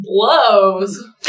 blows